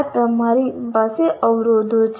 આ તમારી પાસે અવરોધો છે